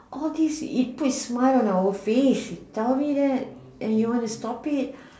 all this it puts a smile on out face you tell me that and you want to stop it